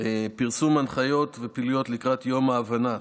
פרסום הנחיות ופעילויות לקראת יום ההבנה,